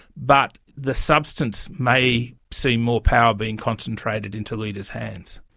but the substance may see more power being concentrated into leaders' hands.